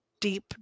deep